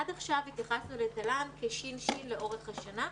עד עכשיו התייחסנו לתל"ן כאל ש"ש לאורך השנה,